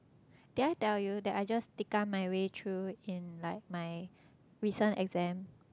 did I tell you that I just tiakm my way through in like my recent exam